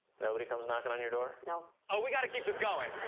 nobody comes knocking on your door? no. we gotta keep this going.